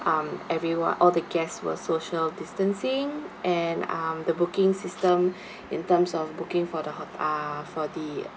um everyone all the guests were social distancing and um the booking system in terms of booking for the ho~ uh for the